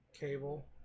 Cable